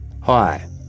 Hi